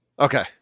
Okay